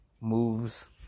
moves